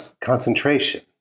concentration